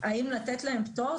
האם לתת להם פטור,